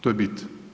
To je bit.